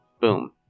boom